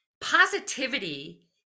positivity